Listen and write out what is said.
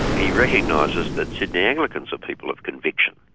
he recognises that sydney anglicans are people of conviction.